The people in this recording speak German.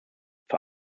für